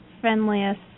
friendliest